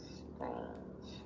strange